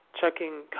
checking